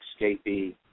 escapee